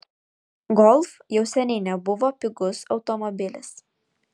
golf jau seniai nebuvo pigus automobilis